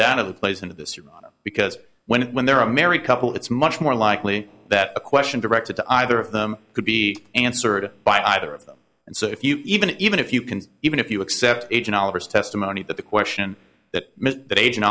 down of the plays into this because when when there are a married couple it's much more likely that a question directed to either of them could be answered by either of them and so if you even even if you can even if you accept aging olivers testimony that the question that that age